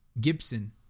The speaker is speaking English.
gibson